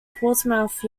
portsmouth